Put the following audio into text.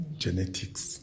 genetics